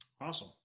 awesome